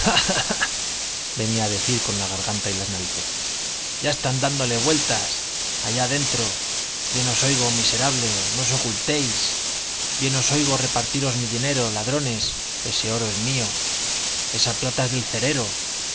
venía a decir con la garganta y las narices ya están dándole vueltas allá dentro bien os oigo miserables no os ocultéis bien os oigo repartiros mi dinero ladrones ese oro es mío esa plata es del cerero